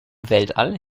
weltall